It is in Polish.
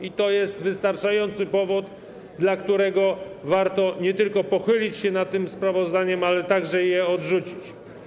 I to jest wystarczający powód, dla którego warto nie tylko pochylić się nad tym sprawozdaniem, ale także je odrzucić.